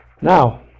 Now